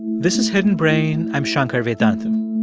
this is hidden brain. i'm shankar vedantam.